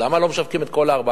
למה לא משלמים את כל ה-14,000?